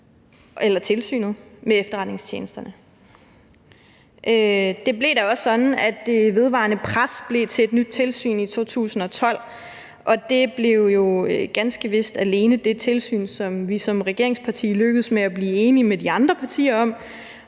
eller Tilsynet med Efterretningstjenesterne. Det blev da også sådan, at det vedvarende pres blev til et nyt tilsyn i 2012, og det blev jo ganske vist alene det tilsyn, som vi som regeringsparti lykkedes med at blive enige med de andre partier om.